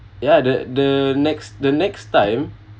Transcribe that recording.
ya the the next the next time